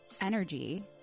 energy